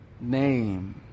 name